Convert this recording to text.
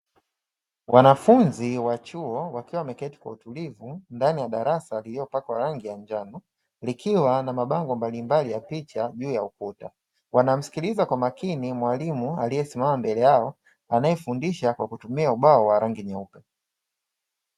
Wanafunzi wa chuo wakiwa wameketi kwa utulivu ndani ya darasa lililopakwa rangi ya njano, likiwa na mabango mbalimbali ya picha juu ya ukuta, wanamsikiliza kwa makini mwalimu aliyesimama mbele yao anayefundisha kwa kutumia ubao wa rangi nyeupe.